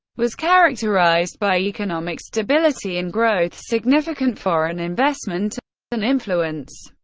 was characterized by economic stability and growth, significant foreign investment and influence,